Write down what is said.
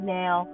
now